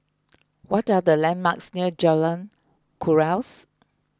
what are the landmarks near Jalan Kuras